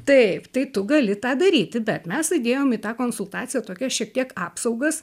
taip tai tu gali tą daryti bet mes įdėjom į tą konsultaciją tokias šiek tiek apsaugas